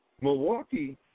Milwaukee